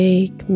Make